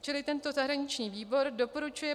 Čili tento zahraniční výboru doporučuje